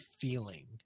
feeling